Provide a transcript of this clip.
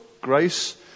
grace